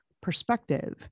perspective